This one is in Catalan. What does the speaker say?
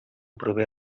prové